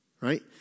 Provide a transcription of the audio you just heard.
right